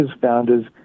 founders